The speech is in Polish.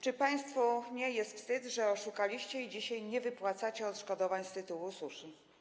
Czy państwu nie jest wstyd, że oszukaliście i dzisiaj nie wypłacacie odszkodowań z tytułu suszy?